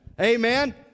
Amen